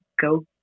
go